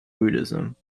buddhism